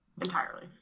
entirely